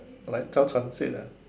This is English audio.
like ah